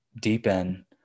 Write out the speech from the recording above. deepen